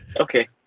Okay